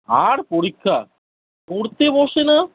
আর পরীক্ষা পড়তে বসে না